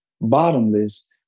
Bottomless